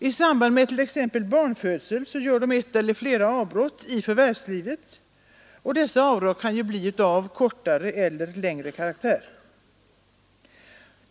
I samband med t.ex. barnfödsel gör de ett eller flera avbrott i förvärvslivet, och detta avbrott kan bli kortare eller längre.